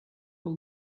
all